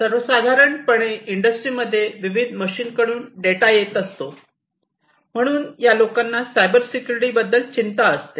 सर्वसाधारणपणे इंडस्ट्रीमध्ये विविध मशीन कडून डेटा येत असतो म्हणून लोकांना सायबर सिक्युरिटी बद्दल चिंता असते